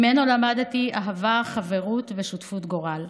ממנו למדתי אהבה, חברות ושותפות גורל.